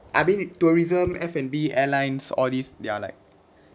I mean tourism F&B airlines all these they are like